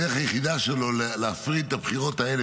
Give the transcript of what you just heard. הדרך היחידה שלו להפריד את הבחירות האלה,